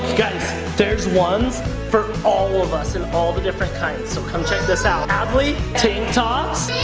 guys, there's ones for all of us in all the different kinds, so come check this out. adley, tank tops.